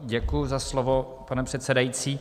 Děkuji za slovo, pane předsedající.